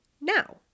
now